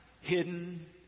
hidden